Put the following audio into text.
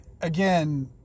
Again